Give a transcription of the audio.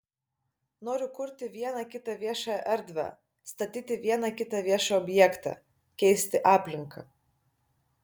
noriu kurti vieną kitą viešąją erdvę statyti vieną kitą viešą objektą keisti aplinką